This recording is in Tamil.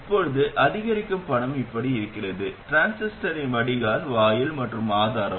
இப்போது அதிகரிக்கும் படம் இப்படி இருக்கிறது டிரான்சிஸ்டரின் வடிகால் வாயில் மற்றும் ஆதாரம்